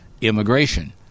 immigration